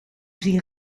j’y